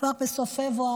כבר בסוף פברואר,